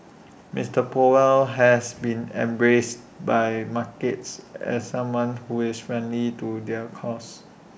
Mister powell has been embraced by markets as someone who is friendly to their cause